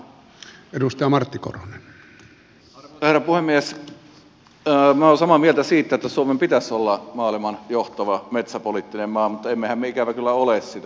minä olen samaa mieltä siitä että suomen pitäisi olla maailman johtava metsäpoliittinen maa mutta emmehän me ikävä kyllä ole sitä